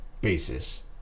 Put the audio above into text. basis